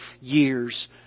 years